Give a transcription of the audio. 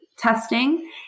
testing